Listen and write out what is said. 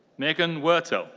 megan wurtele.